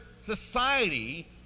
society